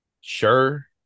Sure